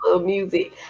music